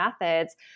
methods